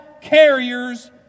carriers